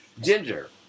Ginger